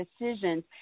decisions